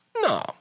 No